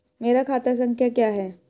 मेरा खाता संख्या क्या है?